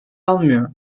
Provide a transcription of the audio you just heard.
almıyor